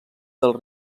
dels